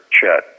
Chet